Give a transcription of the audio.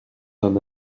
d’en